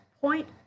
point